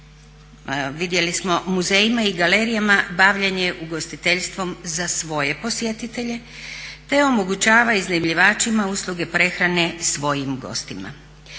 vidjeli smo muzejima i galerijama bavljenje ugostiteljstvom za svoje posjetitelje te omogućava iznajmljivačima usluge prehrane svojim gostima.